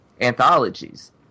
anthologies